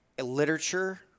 literature